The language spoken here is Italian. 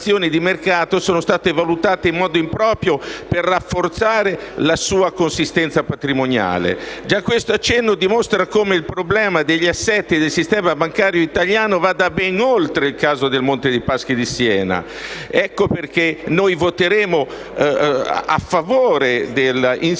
sono state valutate in modo improprio per rafforzare la sua consistenza patrimoniale. Già questo accenno dimostra come il problema degli assetti del sistema bancario italiano vada ben oltre il caso del Monte dei Paschi di Siena. Ecco perché in questo momento